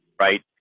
right